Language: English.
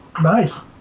nice